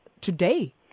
today